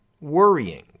worrying